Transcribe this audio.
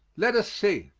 let us see.